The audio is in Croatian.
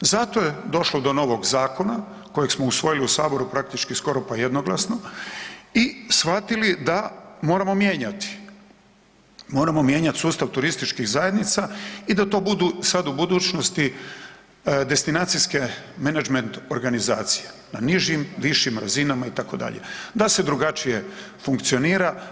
Zato je došlo do novog zakona kojeg smo usvojili u saboru praktički skoro pa jednoglasno i shvatili da moramo mijenjati, moramo mijenjati sustav turističkih zajednica i da to budu sad u budućnosti destinacijske menadžment organizacije, na nižim, višim razinama itd., da se drugačije funkcionira.